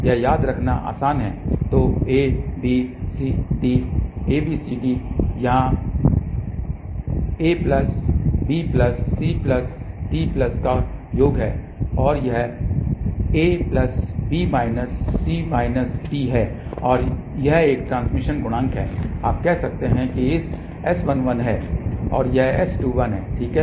यह याद रखना आसान है तो A B C D ABCD यहां A plus B plus C plus D का योग है और यह A plus B minus C minus D है और यह ट्रांसमिशन गुणांक है या आप कह सकते हैं कि यह S11 है और यह S21 है ठीक है